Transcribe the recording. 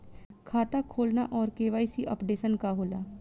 खाता खोलना और के.वाइ.सी अपडेशन का होला?